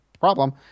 problem